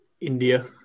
India